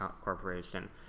corporation